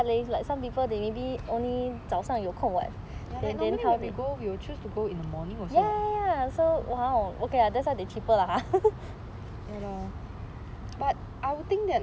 ya normally when we go we will choose to go in the morning [what] ya loh but I would think like